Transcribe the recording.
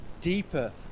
deeper